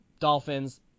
Dolphins